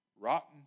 Rotten